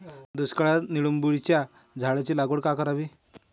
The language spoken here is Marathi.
दुष्काळात निंबोणीच्या झाडाची लागवड करावी का?